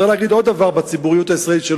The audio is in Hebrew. צריך להגיד עוד דבר שלא נשמע בציבוריות הישראלית.